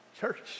church